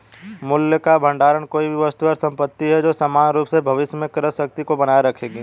मूल्य का भंडार कोई भी वस्तु या संपत्ति है जो सामान्य रूप से भविष्य में क्रय शक्ति को बनाए रखेगी